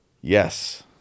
Yes